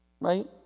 Right